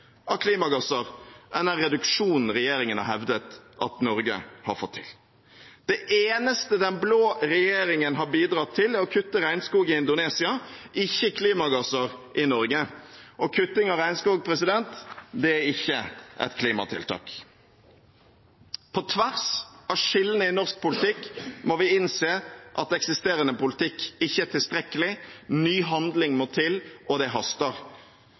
av klimagasser enn den reduksjonen regjeringen har hevdet at Norge har fått til. Det eneste den blå regjeringen har bidratt til, er å kutte regnskog i Indonesia, ikke klimagasser i Norge. Kutting av regnskog er ikke et klimatiltak. På tvers av skillene i norsk politikk må vi innse at eksisterende politikk ikke er tilstrekkelig. Ny handling må til, og det haster.